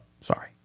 sorry